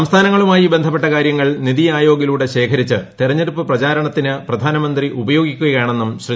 സംസ്ഥാനങ്ങളുമായി ബന്ധ്ടപ്പെട്ട ക്കാര്യങ്ങൾ നിതി ആയോഗിലൂടെ ശേഖരിച്ച് തെരഞ്ഞെട്ടുപ്പ് പ്രചാരണത്തിന് പ്രധാനമന്ത്രി ഉപയോഗപ്പെടുത്തുകയ്ക്ക്ക് ണ്ണെന്നും ശ്രീ